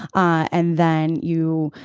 and then you,